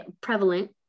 prevalent